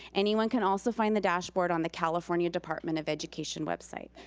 anyone can also find the dashboard on the california department of education website.